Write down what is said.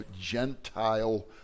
Gentile